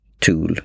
tool